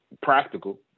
practical